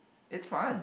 it's fun